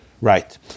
Right